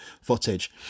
footage